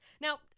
Now